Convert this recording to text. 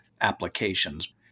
Applications